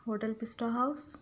hotel Pista house